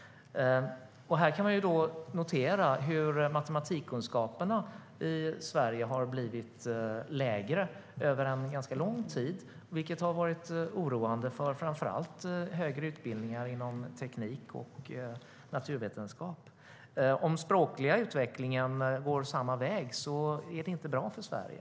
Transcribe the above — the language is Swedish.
Man kan notera hur matematikkunskaperna i Sverige har blivit lägre under en ganska lång tid, vilket har varit oroande för framför allt högre utbildningar inom teknik och naturvetenskap. Om den språkliga utvecklingen går samma väg är det inte bra för Sverige.